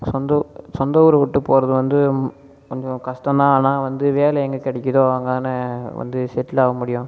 சொந்த சொந்த ஊரைவுட்டு போகிறது வந்து கொஞ்சம் கஷ்டம் தான் ஆனால் வந்து வேலை எங்கே கிடைக்கிதோ அங்கே தானே வந்து செட்டில் ஆக முடியும்